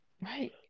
right